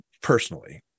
personally